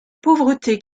pauvreté